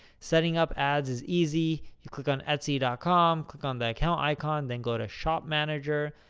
setting up ads is easy. you click on etsy ah com, click on the account icon, then go to shop manager.